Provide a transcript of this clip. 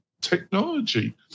technology